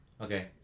Okay